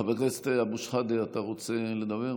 חבר הכנסת אבו שחאדה, אתה רוצה לדבר?